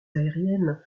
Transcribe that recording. aériennes